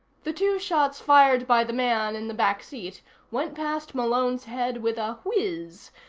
the two shots fired by the man in the back seat went past malone's head with a whizz,